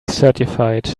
certified